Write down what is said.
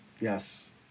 Yes